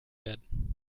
werden